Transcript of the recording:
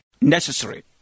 necessary